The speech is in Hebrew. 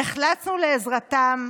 נחלצנו לעזרתם,